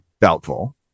Doubtful